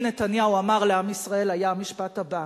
נתניהו אמר לעם ישראל היה המשפט הבא: